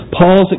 Paul's